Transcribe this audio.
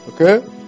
Okay